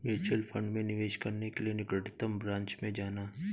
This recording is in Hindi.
म्यूचुअल फंड में निवेश करने के लिए निकटतम ब्रांच में जाना